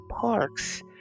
parks